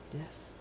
Yes